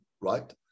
right